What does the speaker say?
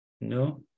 No